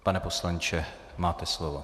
Pane poslanče, máte slovo.